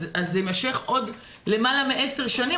אז זה יימשך עוד למעלה מעשר שנים,